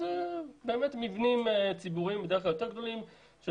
זה מבנים ציבוריים יותר גדולים של